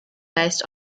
based